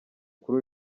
kuri